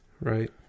Right